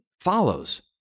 follows